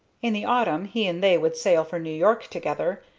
in the autumn he and they would sail for new york together,